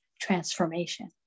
transformation